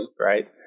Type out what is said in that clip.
Right